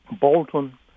Bolton